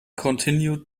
continued